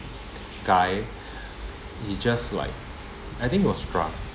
guy he just like I think he was drunk